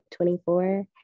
24